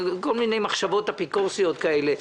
כל מיני מחשבות אפיקורסיות כאלה,